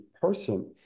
person